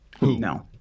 no